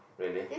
really